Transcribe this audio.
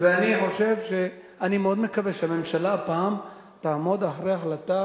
אני מאוד מקווה שהממשלה הפעם תעמוד מאחורי ההחלטה